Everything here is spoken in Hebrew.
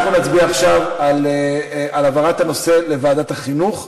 אנחנו נצביע עכשיו על העברת הנושא לוועדת החינוך.